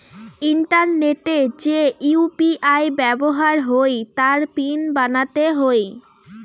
ইন্টারনেটে যে ইউ.পি.আই ব্যাবহার হই তার পিন বানাতে হই